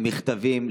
למכתבים,